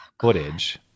footage